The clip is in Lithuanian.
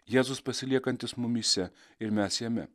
jėzus pasiliekantis mumyse ir mes jame